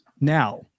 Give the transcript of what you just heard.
Now